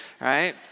right